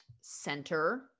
center